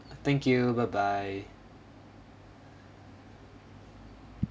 thank you bye bye